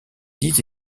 dix